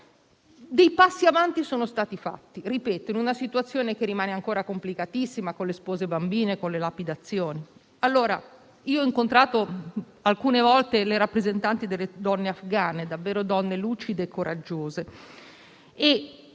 Dei passi in avanti sono stati fatti, in una situazione che - ripeto - rimane ancora complicatissima, con le spose bambine e con le lapidazioni. Ho incontrato alcune volte le rappresentanti delle donne afghane, donne davvero lucide e coraggiose,